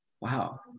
wow